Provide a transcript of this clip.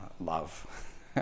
love